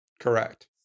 Correct